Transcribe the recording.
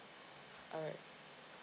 alright